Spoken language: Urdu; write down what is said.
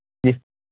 جی